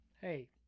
hey